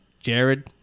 Jared